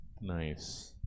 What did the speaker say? Nice